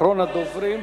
אחרון הדוברים,